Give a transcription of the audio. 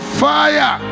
fire